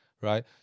right